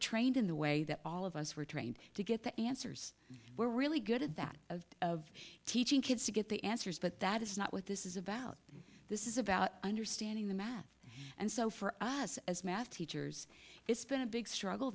trained in the way that all of us were trained to get the answers we're really good at that of of teaching kids to get the answers but that is not what this is about this is about understanding the math and so for us as math teachers it's been a big struggle